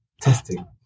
testing